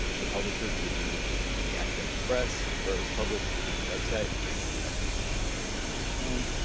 the publisher could be the academic press where it was published, it could be the website, it could be a production company of a film.